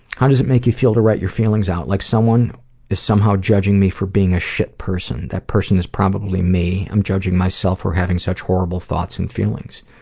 how does it make you feel to write your feelings out? like someone is somehow judging me for being a shit person. that person is probably me. i'm judging myself for having such horrible thoughts and feelings.